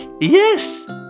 Yes